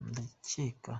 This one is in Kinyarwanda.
ndakeka